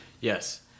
Yes